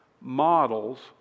models